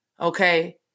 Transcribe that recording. okay